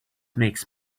makes